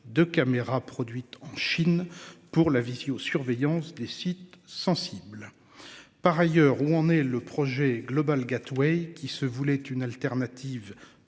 de caméras produites en Chine pour la visio surveillance des sites sensibles. Par ailleurs, où en est le projet Global Gateway qui se voulait une alternative